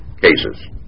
cases